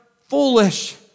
foolish